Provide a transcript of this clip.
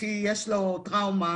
כי יש לו טראומה.